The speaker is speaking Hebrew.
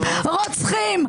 רוצחים,